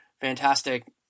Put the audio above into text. fantastic